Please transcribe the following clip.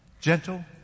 Gentle